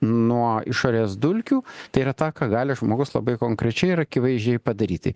nuo išorės dulkių tai yra tą ką gali žmogus labai konkrečiai ir akivaizdžiai padaryti